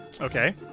Okay